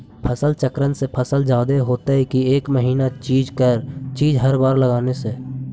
फसल चक्रन से फसल जादे होतै कि एक महिना चिज़ हर बार लगाने से?